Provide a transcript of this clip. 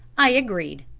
i agreed.